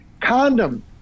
condom